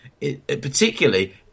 Particularly